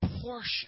portion